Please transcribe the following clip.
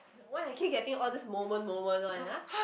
why I keep getting all these moment moment one ah